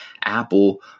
Apple